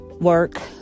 work